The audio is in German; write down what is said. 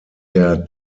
der